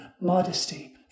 modesty